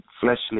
fleshly